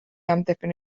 amddiffyn